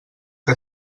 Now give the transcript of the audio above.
que